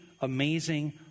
amazing